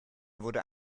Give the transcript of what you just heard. wurde